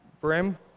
brim